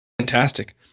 Fantastic